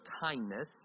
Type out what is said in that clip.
kindness